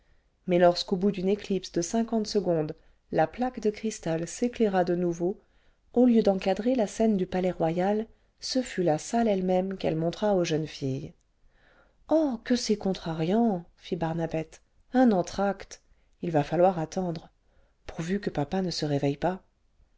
mais lorsqu'au bout d'une éclipse de cinquante secondes la plaque de cristal s'éclaira de nouveau au lieu d'encadrer la scène du palais-royal ce fut la salle elle-même qu'elle montra aux jeunes filles ce oh que c'est contrariant fit barnabette un entracte il va falloir attendre pourvu que papa ne se réveille pas